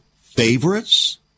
favorites